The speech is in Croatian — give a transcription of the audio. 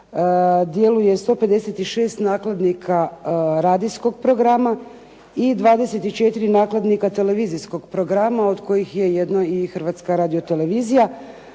djeluje 156 nakladnika radijskog programa i 24 nakladnika televizijskog programa, od kojih je jedno i Hrvatska radiotelevizija.